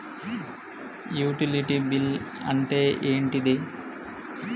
Utility bill అంటే ఏంటిది?